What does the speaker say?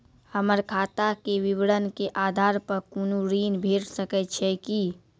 हमर खाता के विवरण के आधार प कुनू ऋण भेट सकै छै की?